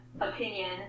Opinion